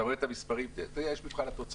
אתה רואה את המספרים, ויש את מבחן התוצאה.